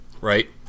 right